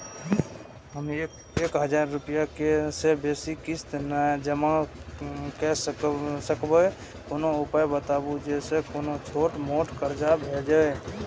हम एक हजार रूपया से बेसी किस्त नय जमा के सकबे कोनो उपाय बताबु जै से कोनो छोट मोट कर्जा भे जै?